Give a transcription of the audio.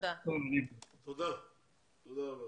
תודה רבה.